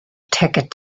ticket